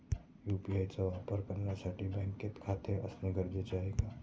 UPI चा वापर करण्यासाठी बँकेत खाते असणे गरजेचे आहे का?